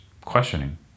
questioning